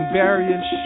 various